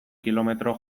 kilometro